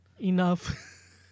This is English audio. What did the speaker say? Enough